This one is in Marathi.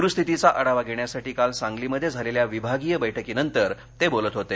प्रस्थितीचा आढावा घेण्यासाठी काल सांगलीमध्ये झालेल्या विभागीय बैठकीनंतर ते बोलत होते